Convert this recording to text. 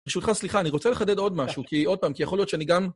ברשותך סליחה, אני רוצה לחדד עוד משהו, כי עוד פעם, כי יכול להיות שאני גם...